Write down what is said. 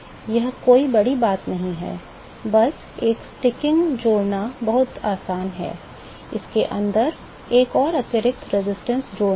यह कोई बड़ी बात नहीं है बस एक स्टिकिंग जोड़ना बहुत आसान है उसके अंदर एक और अतिरिक्त प्रतिरोध जोड़ना है